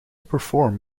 perform